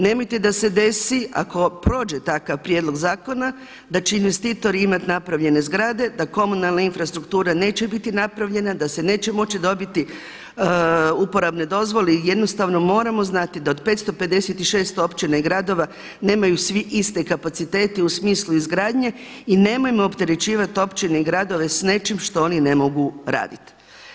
Nemojte da se desi ako prođe takav prijedlog zakona da će investitor imati napravljene zgrade, da komunalna infrastruktura neće biti napravljena, da se neće moći dobiti uporabne dozvole i jednostavno moramo znati da od 556 općina i gradova nemaju svi iste kapacitete u smislu izgradnje i nemojmo opterećivati općine i gradove sa nečim što oni ne mogu raditi.